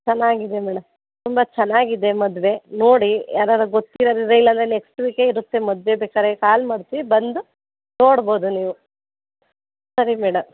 ಚೆನ್ನಾಗಿದೆ ಮೇಡಮ್ ತುಂಬ ಚೆನ್ನಾಗಿದೆ ಮದುವೆ ನೋಡಿ ಯಾರರ ಗೊತ್ತಿರೋರ್ ಇದ್ದರೆ ಇಲ್ಲ ಅಂದರೆ ನೆಕ್ಸ್ಟ್ ವೀಕೆ ಇರುತ್ತೆ ಮದುವೆ ಬೇಕಾದ್ರೆ ಕಾಲ್ ಮಾಡ್ತೀವಿ ಬಂದು ನೋಡ್ಬೋದು ನೀವು ಸರಿ ಮೇಡಮ್